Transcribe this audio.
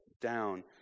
down